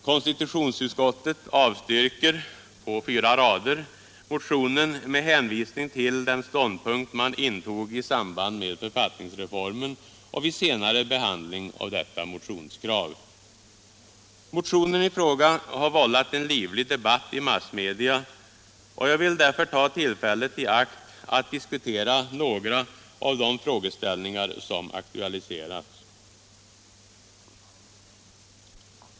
Konstitutions utskottet avstyrker motionen på fyra rader med hänvisning till den ståndpunkt man intog i samband med författningsreformen och vid senare behandling av detta motionskrav. Motionen i fråga har vållat livlig debatt i massmedia, och jag vill därför ta tillfället i akt att diskutera några av de frågeställningar som aktualiserats.